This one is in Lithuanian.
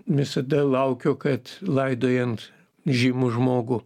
visada laukiu kad laidojant žymų žmogų